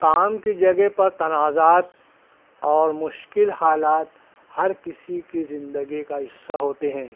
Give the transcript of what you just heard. کام کی جگہ پر تنازعات اور مشکل حالات ہر کسی کی زندگی کا حصّہ ہوتے ہیں